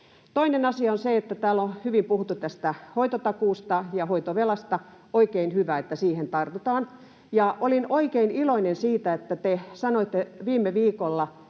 Toinen asia on se, että täällä on hyvin puhuttu tästä hoitotakuusta ja hoitovelasta. Oikein hyvä, että siihen tartutaan. Olin oikein iloinen siitä, että te sanoitte viime viikolla